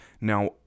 Now